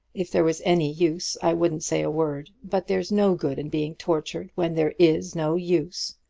if there was any use, i wouldn't say a word but there's no good in being tortured, when there is no use.